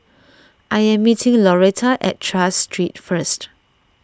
I am meeting Lauretta at Tras Street first